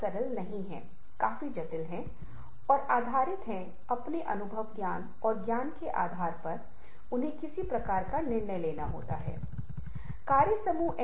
इसलिए यदि आप छवियों और ग्रंथों के साथ संबंध देख रहे हैं तो यहां पहला उदहारण है